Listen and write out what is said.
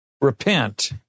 Repent